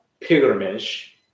pilgrimage